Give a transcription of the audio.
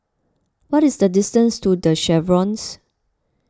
what is the distance to the Chevrons